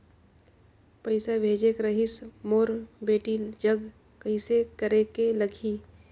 पइसा भेजेक रहिस मोर बेटी जग कइसे करेके लगही?